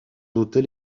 hôtel